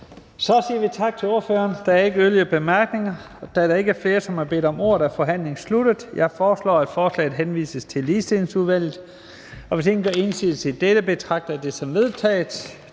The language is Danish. Så siger vi tak til ordføreren. Der er ikke yderligere korte bemærkninger. Da der ikke er flere, der har bedt om ordet, er forhandlingen sluttet. Jeg foreslår, at forslaget henvises til Ligestillingsudvalget. Hvis ingen gør indsigelse, betragter jeg dette som vedtaget.